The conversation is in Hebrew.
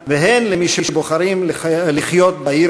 בעיר הזאת והן למי שבוחרים לחיות בה,